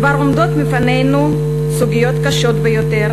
כבר עומדות בפנינו סוגיות קשות ביותר